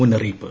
മുന്നറിയിപ്പ്